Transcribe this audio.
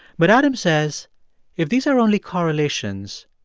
but adams says if these are only correlations,